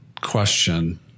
question